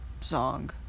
song